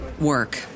work